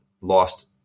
lost